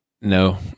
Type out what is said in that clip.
No